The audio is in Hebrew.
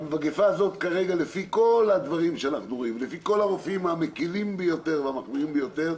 לפי כל הרופאים המקלים ביותר והמחמירים ביותר,